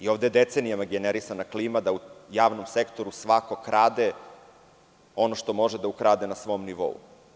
Ovde decenijama generisana klima da u javnom sektoru svako krade ono što može da ukrade na svom nivou.